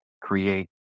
create